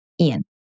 Ian